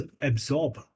absorb